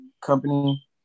company